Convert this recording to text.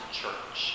church